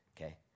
okay